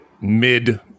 mid